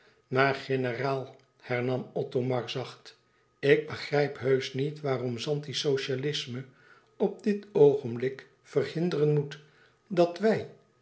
maar generaal hernam othomar zacht ik begrijp heusch niet waarom zanti's socialisme op dit oogenblik verhinderen moet dat wij